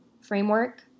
framework